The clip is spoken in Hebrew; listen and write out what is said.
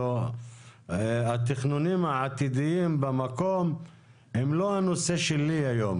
התכנונים העתידיים במקום הם לא הנושא שלי היום.